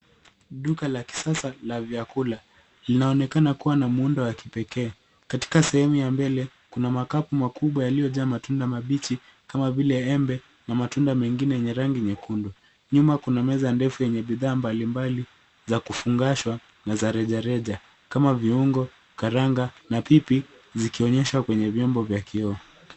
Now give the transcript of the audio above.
Duka la kisasa la vyakula linaonekana kuwa na muundo wa kipekee. Katika sehemu ya mbele kuna makapu makubwa yaliyojaa matunda mabichi kama vile embe na matunda mengine yenye rangi nyekundu. Nyuma kuna meza ndefu yenye bidhaa mbalimbali za kufungashwa na za rejareja kama viungo, karanga na pipi zikionyeshwa kwenye vyombo vya kioo.